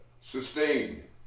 sustained